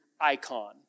icon